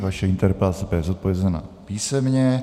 Vaše interpelace bude zodpovězena písemně.